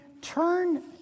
turn